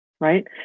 right